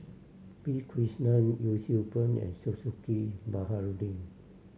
P Krishnan Yee Siew Pun and Zulkifli Baharudin